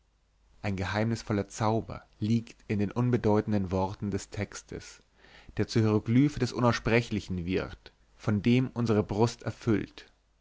ein geheimnisvoller zauber liegt in den unbedeutenden worten des textes der zur hieroglyphe des unaussprechlichen wird von dem unsere brust erfüllt